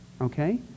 okay